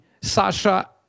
Sasha